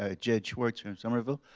ah jed schwarzman, somerville.